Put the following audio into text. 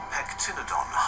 Pectinodon